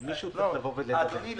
אבל מישהו צריך לבוא לדווח.